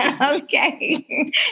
Okay